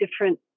different